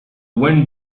wind